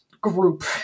group